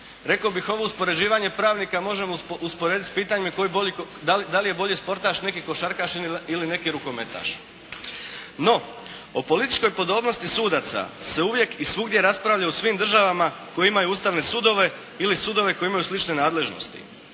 Rekao bih ovo uspoređivanje pravnika možemo usporediti s pitanjima da li je bolji sportaš neki košarkaš ili neki rukometaš. No o političkoj podobnosti sudaca se uvijek i svugdje raspravlja u svim državama koje imaju ustavne sudove ili sudove koji imaju iste nadležnosti.